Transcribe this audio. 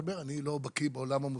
אני לא בקי בעולם המוסלמי,